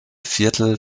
viertel